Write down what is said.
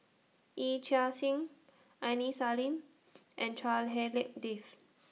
Yee Chia Hsing Aini Salim and Chua Hak Lien Dave